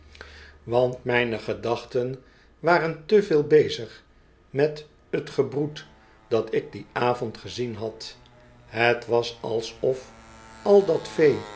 want mijne gedachten waren te veel bezig met t gebroed dat ik dien avond gezien had het was alsof al dat